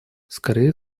скорее